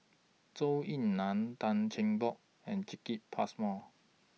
Zhou Ying NAN Tan Cheng Bock and Jacki Passmore